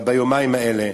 ביומיים האלה,